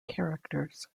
characters